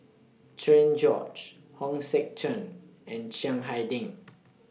Cherian George Hong Sek Chern and Chiang Hai Ding